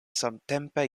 samtempe